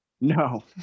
No